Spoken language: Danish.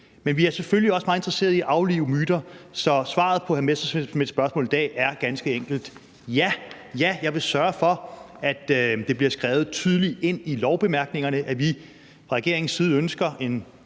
men vi er selvfølgelig også meget interesserede i at aflive myter. Så svaret på hr. Morten Messerschmidts spørgsmål i dag er ganske enkelt: Ja, jeg vil sørge for, at det bliver skrevet tydeligt ind i lovbemærkningerne, at vi fra regeringens side ønsker en